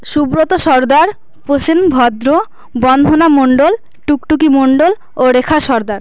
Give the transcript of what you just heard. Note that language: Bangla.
সুব্রত সর্দার প্রসেন ভদ্র বন্দনা মণ্ডল টুকটুকি মণ্ডল ও রেখা সর্দার